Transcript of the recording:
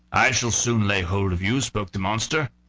i shall soon lay hold of you, spoke the monster.